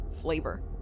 flavor